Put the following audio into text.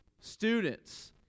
students